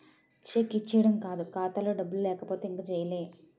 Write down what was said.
check ఇచ్చీడం కాదు ఖాతాలో డబ్బులు లేకపోతే ఇంక జైలే